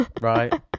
right